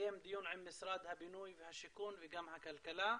נקיים דיון עם משרד הבינוי והשיכון וגם הכלכלה.